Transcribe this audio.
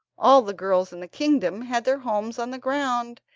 all the girls in the kingdom had their homes on the ground,